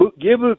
give